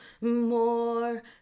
more